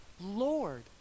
Lord